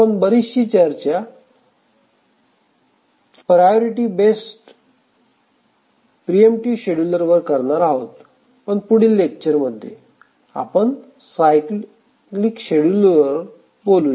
आपण बरीचशी चर्चा प्रायोरिटी बेस्ड प्रिम्पटीव्ह शेड्युलर वर करणार आहोत पण पुढील लेक्चरमध्ये आपण सायक्लीक शेड्युलरवर बोलू